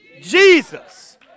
Jesus